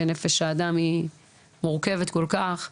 ונפש האדם היא מורכבת כל כך,